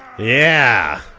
yeah!